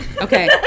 Okay